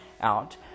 out